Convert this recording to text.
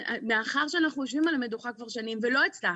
מאחר ואנחנו יושבים על המדוכה כבר שנים ולא הצלחנו,